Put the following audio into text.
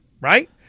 right